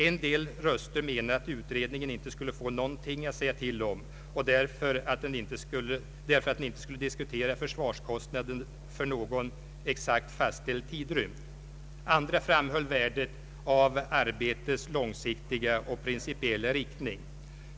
En del röster menade att utredningen inte skulle få någonting att säga till om därför att den inte skulle diskutera försvarskostnader för någon exakt fastställd tidrymd. Andra framhöll värdet av arbetets långsiktiga och principiella inriktning.